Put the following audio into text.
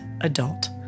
adult